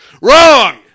Wrong